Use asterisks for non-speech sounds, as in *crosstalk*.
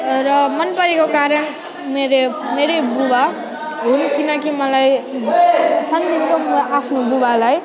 र मन परेको कारण मेरे मेरै बुबा हुन् किनकि मलाई *unintelligible* म आफ्नो बुबालाई